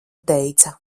teica